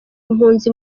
impunzi